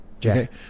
Jack